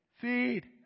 feed